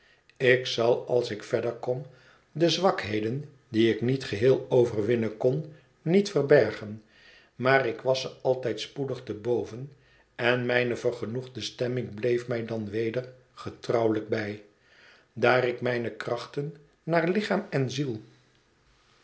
ik zal als ik verder kom de zwakheden die ik niet geheel overwinnen kon niet verbergen maar ik was ze altijd spoedig te boven en mijne vergenoegde stemming bleef mij dan weder getrouwelijk bij daar ik mijne krachten naar lichaam en ziel